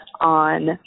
on